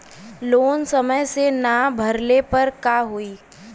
Loan समय से ना भरले पर का होयी?